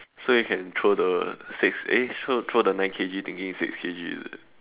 so you can throw the six eh throw the nine K_G thingy instead of the six K_G is it